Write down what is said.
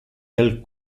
del